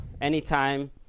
anytime